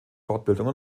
fortbildung